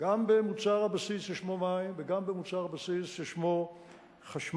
גם במוצר הבסיס ששמו מים וגם במוצר הבסיס ששמו חשמל.